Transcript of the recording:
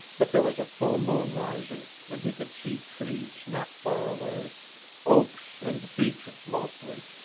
but there was a full moon rising and he could see trees not far away oaks and beeches, mostly.